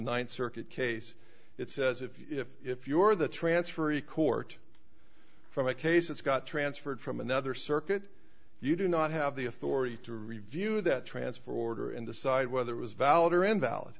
ninth circuit case it says if you're the transferee court for my case it's got transferred from another circuit you do not have the authority to review that transfer order and decide whether it was valid or invalid